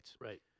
Right